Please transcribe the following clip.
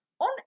on